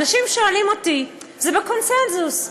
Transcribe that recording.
אנשים שואלים אותי: זה בקונסנזוס,